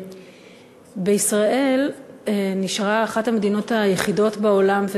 ישראל נשארה אחת המדינות היחידות בעולם,